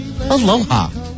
Aloha